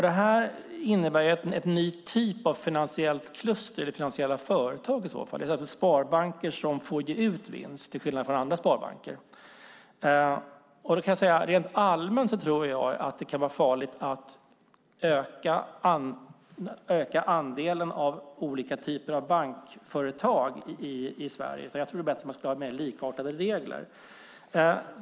Detta innebär i så fall en ny typ av finansiellt kluster i finansiella företag, alltså sparbanker som får ge ut vinst till skillnad från andra sparbanker. Rent allmänt tror jag att det kan vara farligt att öka andelen av olika typer av bankföretag i Sverige. Jag tror att det är bättre att man har mer likartade regler.